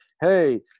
hey